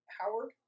Howard